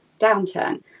downturn